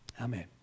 amen